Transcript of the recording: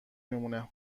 میمونه